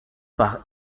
par